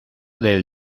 del